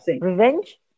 revenge